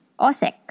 OSEC